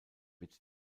wird